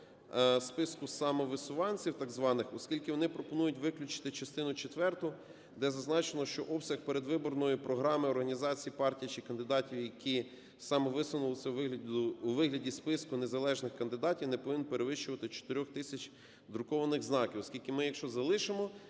списку самовисуванців так званих, оскільки вони пропонують виключити частину четверту, де зазначено, що обсяг передвиборної програми організації партії чи кандидатів, які самовисунулися у вигляді списку незалежних кандидатів, не повинен перевищувати чотирьох тисяч друкованих знаків. Оскільки ми, якщо залишимо